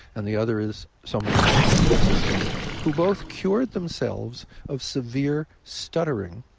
and the other is someone i know in san francisco who both cured themselves of severe stuttering